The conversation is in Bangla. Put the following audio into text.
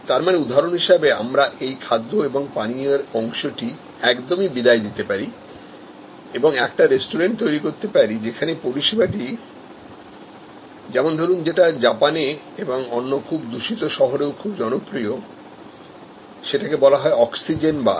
তার মানে উদাহরণ হিসেবে আমরা এই খাদ্য এবং পানীয় এর অংশটি একদমই বাদ দিতে পারি এবং একটা রেস্টুরেন্ট তৈরি করতে পারি যেখানে পরিষেবাটি যেমন ধরুন যেটা জাপানেএবং অন্য খুব দূষিতশহরেও খুব জনপ্রিয় সেটাকে বলা হয় অক্সিজেন বার